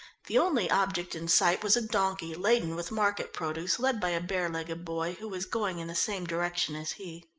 the only objects in sight was a donkey laden with market produce led by a bare-legged boy who was going in the same direction as he.